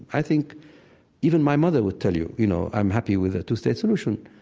i think even my mother would tell you, you know, i'm happy with a two-state solution,